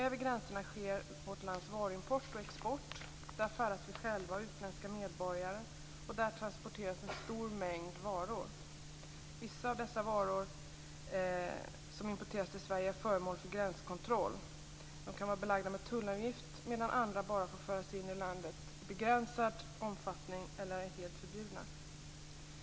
Över gränserna sker vårt lands varuimport och export, där färdas vi själva och utländska medborgare och där transporteras en stor mängd varor. Vissa av de varor som importeras till Sverige är föremål för gränskontroll.